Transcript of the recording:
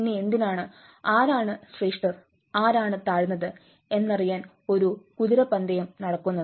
പിന്നെ എന്തിനാണ് ആരാണ് ശ്രേഷ്ഠൻ ആരാണ് താഴ്ന്നത് എന്നറിയാൻ ഒരു കുതിരപ്പന്തയം നടക്കുന്നത്